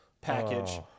package